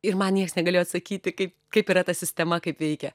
ir man nieks negalėjo atsakyti kaip kaip yra ta sistema kaip veikia